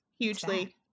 Hugely